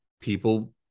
people